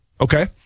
okay